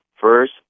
first